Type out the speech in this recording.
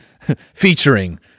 Featuring